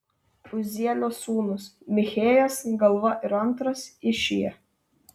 uzielio sūnūs michėjas galva ir antras išija